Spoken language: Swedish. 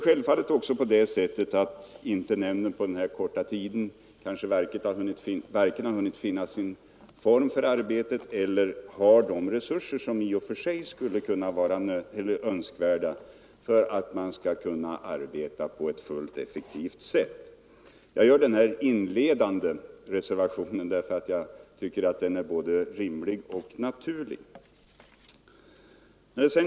Självfallet har väl inte heller produktkontrollnämnden ännu på den korta tid som den har funnits till hunnit hitta sin definitiva form för arbetet, och inte heller har den hunnit få de resurser som är önskvärda och nödvändiga för att kunna arbeta fullt effektivt. Jag gör denna inledande reservation därför att jag tycker den är både rimlig och naturlig.